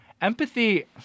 empathy